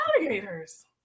alligators